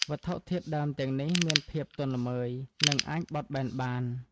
វត្ថុធាតុដើមទាំងនេះមានភាពទន់ល្មើយ និងអាចបត់បែនបាន។